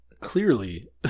Clearly